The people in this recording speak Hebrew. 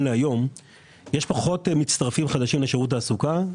להיום אנחנו רואים שיש פחות מצטרפים חדשים לשירות תעסוקה.